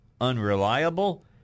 unreliable